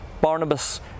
Barnabas